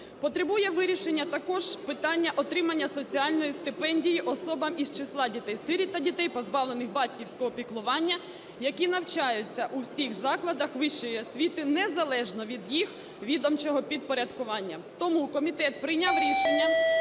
Потребує вирішення також питання отримання соціальної стипендії особам із числа дітей-сиріт та дітей, позбавлених батьківського піклування, які навчаються у всіх закладах вищої освіти незалежно від їх відомчого підпорядкування. Тому комітет прийняв рішення